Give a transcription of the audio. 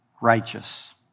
righteous